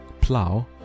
plow